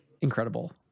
Incredible